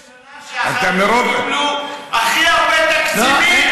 זה דווקא בשנה שהחרדים קיבלו הכי הרבה תקציבים.